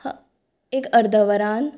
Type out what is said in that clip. ह एक अर्द वरान